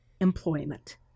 employment